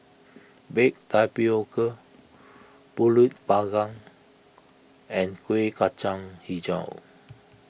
Baked Tapioca Pulut Panggang and Kueh Kacang HiJau